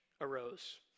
arose